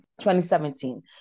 2017